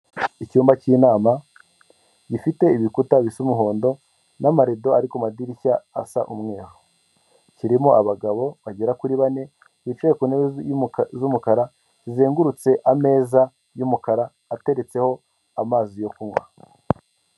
Icyumba k'inama gifite ibikuta bisa umuhondo n'amarido ari ku madirishya asa umweru, kirimo abagabo bagera kuri bane bicaye ku ntebe z'umukara, zizengurutse ameza y'umukara ateretseho amazi yo kunywa.